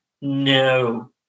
no